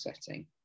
setting